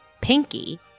Pinky